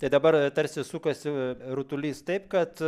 tai dabar tarsi sukasi rutulys taip kad